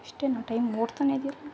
ಅಷ್ಟೆನೇ time ಓಡ್ತಾನೇ ಇದ್ಯಲ್ಲ